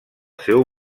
seu